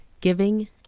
giving